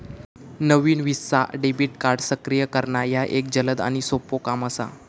नवीन Visa debit card सक्रिय करणा ह्या एक जलद आणि सोपो काम असा